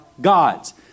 God's